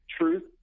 truth